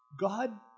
God